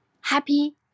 happy